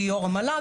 שהיא יו"ר המל"ג.